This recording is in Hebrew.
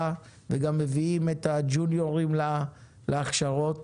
וגם מביאים את הג'וניורים להכשרות.